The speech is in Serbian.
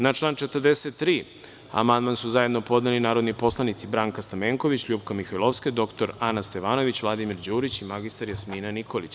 Na član 43. amandman su zajedno podneli narodni poslanici Branka Stamenković, LJupka Mihajlovska, dr Ana Stevanović, Vladimir Đurić i mr Jasmina Nikolić.